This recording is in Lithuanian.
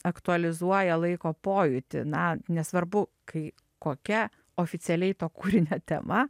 aktualizuoja laiko pojūtį na nesvarbu kai kokia oficialiai to kūrinio tema